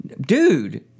dude